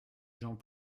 gens